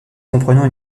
comprenant